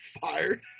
fired